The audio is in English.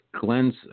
Glenn's